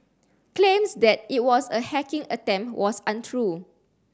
claims that it was a hacking attempt was untrue